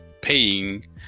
paying